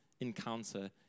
encounter